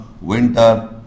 winter